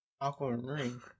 Aquamarine